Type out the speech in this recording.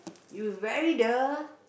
you very the